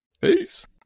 Peace